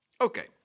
Okay